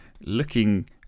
looking